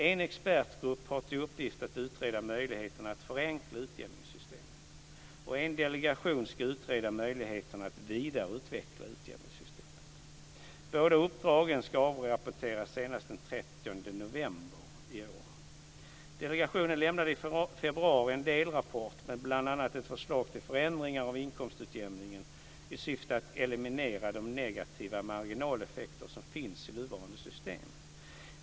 En expertgrupp har till uppgift att utreda möjligheterna att förenkla utjämningssystemet och en delegation ska utreda möjligheterna att vidareutveckla utjämningssystemet. Båda uppdragen ska avrapporteras senast den 30 november i år. Delegationen lämnade i februari en delrapport med bl.a. ett förslag till förändringar av inkomstutjämningen i syfte att eliminera de negativa marginaleffekter som finns i nuvarande system.